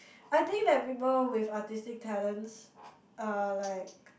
I think that people with artistic talents are like